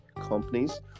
companies